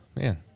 man